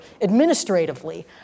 administratively